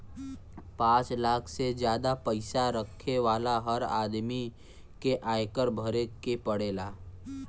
पांच लाख से जादा पईसा रखे वाला हर आदमी के आयकर भरे के पड़ेला